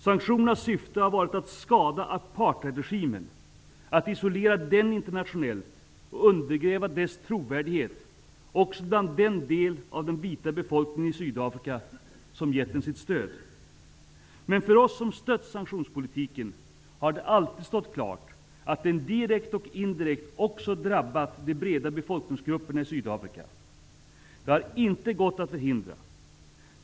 Sanktionernas syfte har varit att skada apartheidregimen, att isolera den internationellt och undergräva dess trovärdighet, också bland den del av den vita befolkningen i Sydafrika som har gett den sitt stöd. Men för oss som har stött sanktionspolitiken har det alltid stått klart att den direkt och indirekt också har drabbat de breda befolkningsgrupperna i Sydafrika. Det har inte gått att förhindra.